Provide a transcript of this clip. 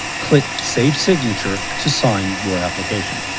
click save signature to sign your application.